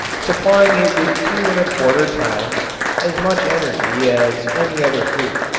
supplying it with two and a quarter times as much energy as any other food.